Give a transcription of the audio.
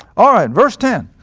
ah and verse ten,